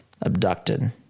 abducted